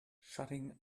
shutting